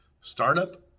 startup